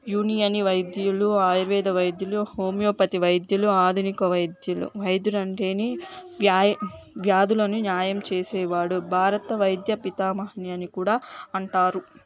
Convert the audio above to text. యూనాని వైద్యులు ఆయుర్వేద వైద్యులు హోమియోపతి వైద్యులు ఆధునిక వైద్యులు వైద్యులంటేనే వ్యా వ్యాధులను న్యాయం చేసేవాడు భారత వైద్య పితామహని అని కూడా అంటారు